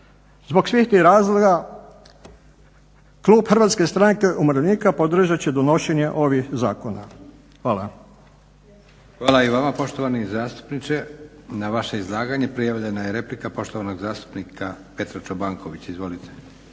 Zbog svih tih razloga klub Hrvatske stranke umirovljenika podržat će donošenje ovih zakona. Hvala. **Leko, Josip (SDP)** Hvala i vama poštovani zastupniče. Na vaše izlaganje prijavljena je replika poštovanog zastupnika Petra Čobankovića. Izvolite.